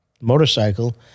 motorcycle